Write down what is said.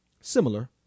similar